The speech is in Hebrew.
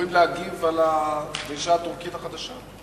אמורים להגיב על הדרישה הטורקית החדשה.